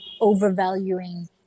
overvaluing